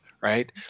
right